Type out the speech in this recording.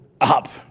up